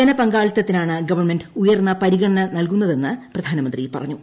ജനപങ്കാളിത്തത്തിനാണ് government ഉയർന്ന പരിഗണന നൽകുന്നതെന്ന് പ്രധാനമന്ത്രി പറഞ്ഞു